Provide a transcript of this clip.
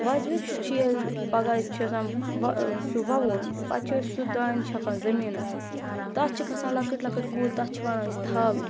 وزوِتھاِ تہٕ چھِ ییٚلہِ پَگاہ ییٚتہِ چھِ آسان سُہ وَوُن پَتہٕ چھِ أسۍ سُہ دانہِ چھَکان زٔمیٖنَس تَتھ چھِ گژھان لَکٕٹۍ لَکٕٹۍ کُلۍ تَتھ چھِ وَنان أسۍ تھَل